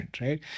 right